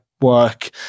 work